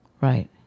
Right